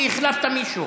כי החלפת מישהו.